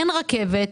אין רכבת,